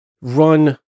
run